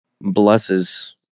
blesses